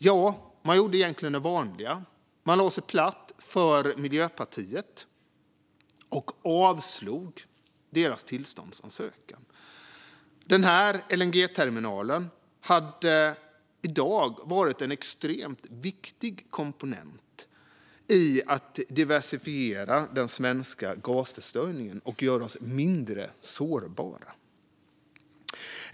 Jo, man gjorde det vanliga: Socialdemokraterna lade sig platt för Miljöpartiet och avslog denna tillståndsansökan. Denna LNG-terminal hade i dag varit en extremt viktig komponent när det gäller att diversifiera den svenska gasförsörjningen och göra oss mindre sårbara.